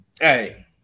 Hey